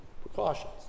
precautions